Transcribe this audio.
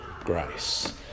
grace